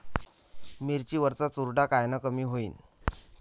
मिरची वरचा चुरडा कायनं कमी होईन?